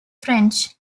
french